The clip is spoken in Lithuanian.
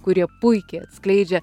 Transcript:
kurie puikiai atskleidžia